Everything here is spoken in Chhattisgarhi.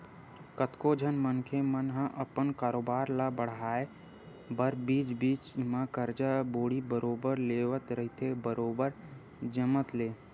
कतको झन मनखे मन ह अपन कारोबार ल बड़हाय बर बीच बीच म करजा बोड़ी बरोबर लेवत रहिथे बरोबर जमत ले